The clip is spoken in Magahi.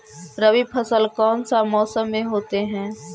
रवि फसल कौन सा मौसम में होते हैं?